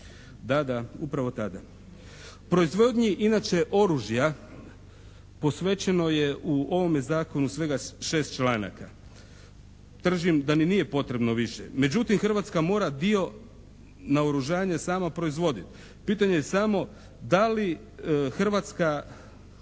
Da, da. Upravo tada. Proizvodnji inače oružja posvećeno je u ovome zakonu svega 6 članaka. Držim da ni nije potrebno više. Međutim, Hrvatska mora dio naoružanja sama proizvodit. Pitanje je samo da li Hrvatska